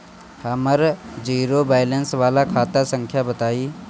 हमर zero balance वाला खाता संख्या बताई?